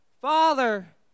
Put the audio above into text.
Father